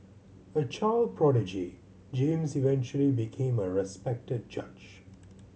a child prodigy James eventually became a respected judge